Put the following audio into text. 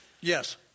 Yes